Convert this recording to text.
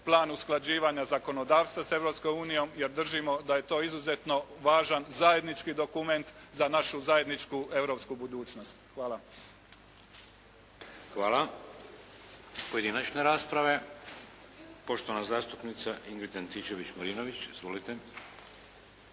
Plan usklađivanja zakonodavstva s Europskom unijom jer držimo da je to izuzetno važan zajednički dokument za našu zajedničku europsku budućnost. Hvala. **Šeks, Vladimir (HDZ)** Hvala. Pojedinačne rasprave. Poštovana zastupnica Ingrid Antičević-Marinović. Izvolite.